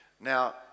Now